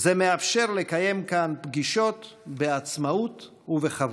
זה מאפשר לקיים כאן פגישות בעצמאות ובכבוד.